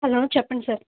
hello చెప్పండి sir